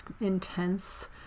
intense